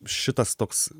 šitas toks